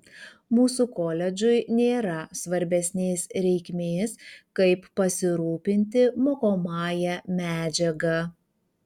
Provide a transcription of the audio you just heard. mūsų koledžui nėra svarbesnės reikmės kaip pasirūpinti mokomąja medžiaga